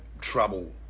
trouble